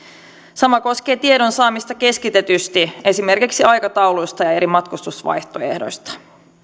sama koskee tiedon saamista keskitetysti esimerkiksi aikatauluista ja eri matkustusvaihtoehdoista